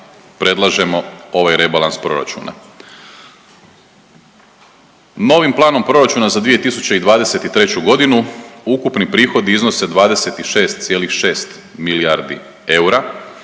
predlažemo ovaj rebalans proračuna. Novim planom proračuna za 2023.g. ukupni prihodi iznose 26,6 milijardi eura